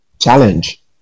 challenge